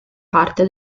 parte